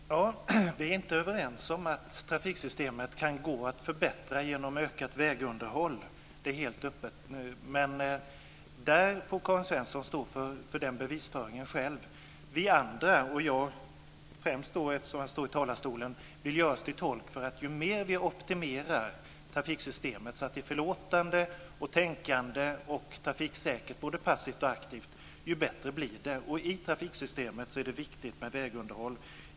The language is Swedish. Fru talman! Vi är inte överens om att trafiksystemet kan gå att förbättra genom ett ökat vägunderhåll. Det är helt uppenbart. Men Karin Svensson får själv stå för bevisföringen på den punkten. Vi andra - och främst jag eftersom jag står i talarstolen - vill göra oss till tolk för åsikten att ju mer vi optimerar trafiksystemet, så att det är förlåtande, tänkande och trafiksäkert både passivt och aktivt, desto bättre blir det. I trafiksystemet är det viktigt med vägunderhåll.